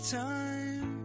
time